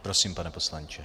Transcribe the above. Prosím, pane poslanče.